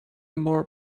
more